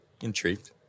intrigued